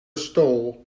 stole